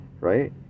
right